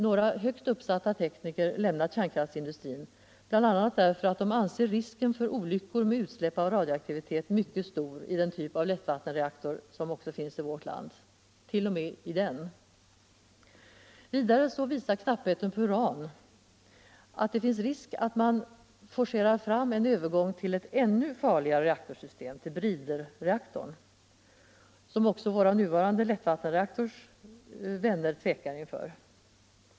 några högt uppsatta tekniker lämnat kärnkraftsindustrin, bl.a. därför att de anser risken för olyckor genom utsläpp av radioaktivitet mycket stor t.o.m. i den typ av lättvattenreaktorer som finns i vårt land. Vidare visar knappheten på uran att det finns risk för att man forcerar fram en övergång till ett ännu farligare reaktorsystem, till briderreaktorn, som också våra nuvarande lättvattenreaktorsvänner tvekar inför.